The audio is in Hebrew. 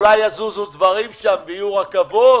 אולי יזוזו עניינים שם ויהיו רכבות.